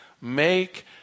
Make